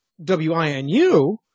WINU